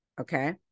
okay